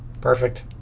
Perfect